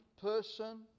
person